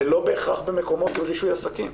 ולא בהכרח במקומות עם רישוי עסקים.